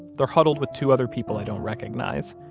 they're huddled with two other people i don't recognize.